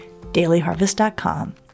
dailyharvest.com